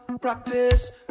practice